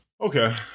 Okay